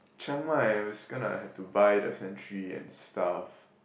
Chiang-Mai is gonna have to buy the sanctuary and stuff